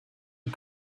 and